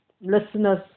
listeners